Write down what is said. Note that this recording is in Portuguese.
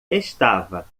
estava